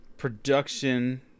production